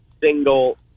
single